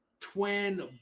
twin